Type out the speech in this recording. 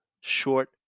short